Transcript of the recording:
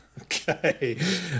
Okay